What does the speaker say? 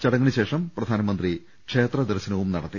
ചടങ്ങിനുശേഷം പ്രധാനമന്ത്രി ക്ഷേത്രദർശനവും നടത്തി